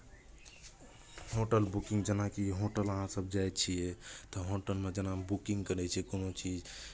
hotel booking जेनाकि hotel अहाँसभ जाइ छियै तऽ होटलमे जेना बुकिंग करै छियै कोनो चीज